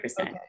Okay